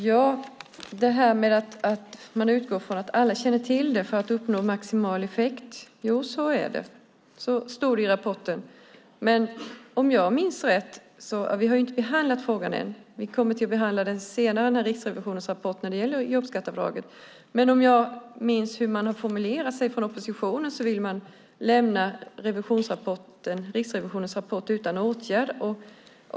Fru talman! Det stämmer att man utgår från att alla ska känna till det för att maximal effekt ska uppnås. Så stod det i rapporten. Vi har inte behandlat frågan än. Vi kommer att behandla den och Riksrevisionens rapport när det gäller jobbskatteavdraget senare. Men om jag minns hur man har formulerat sig från oppositionen vill man lämna Riksrevisionens rapport utan åtgärd.